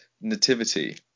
nativity